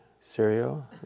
cereal